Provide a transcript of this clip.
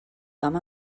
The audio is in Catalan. vam